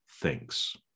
thinks